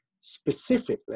specifically